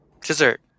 dessert